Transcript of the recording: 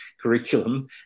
curriculum